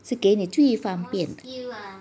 是给你最方便的